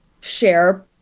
share